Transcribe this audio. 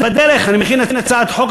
שאני מכין הצעת חוק,